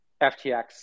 FTX